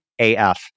AF